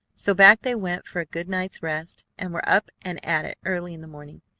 so back they went for a good night's rest, and were up and at it early in the morning,